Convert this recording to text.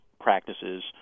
practices